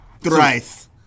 Thrice